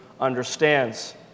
understands